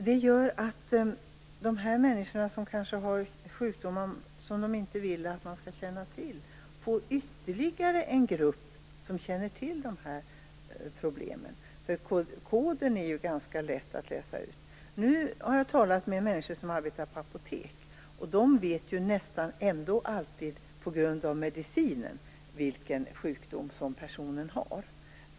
Det gör att de som har sjukdomar som de kanske inte vill att man skall känna till får ytterligare en grupp som känner till deras problem. Koden är ju ganska lätt att läsa ut. Nu har jag har talat med människor som arbetar på apotek, och de vet ju nästan alltid ändå på grund av medicinen vilken sjukdom personen har.